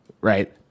Right